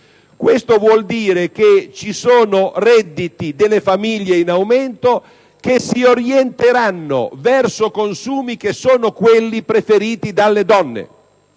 Questo vuol dire che ci sono redditi delle famiglie in aumento che si orienteranno verso consumi che sono quelli preferiti dalle donne.